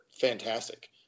fantastic